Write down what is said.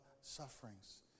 sufferings